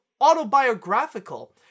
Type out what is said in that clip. autobiographical